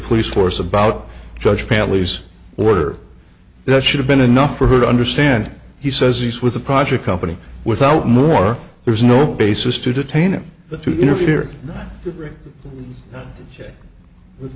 police force about judge families order that should have been enough for her to understand he says he's with the project company without more there is no basis to detain him but to interfere with